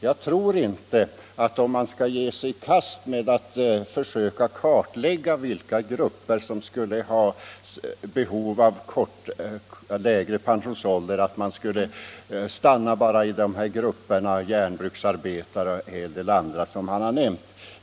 Jag tror inte att man, om man skall ge sig i kast med att kartlägga vilka grupper som skulle ha behov av lägre pensionsålder, bör stanna vid järnbruksarbetarna och en hel del andra grupper som herr Hagberg har nämnt.